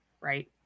right